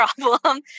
problem